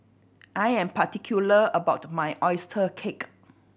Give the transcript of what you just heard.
I am particular about my oyster cake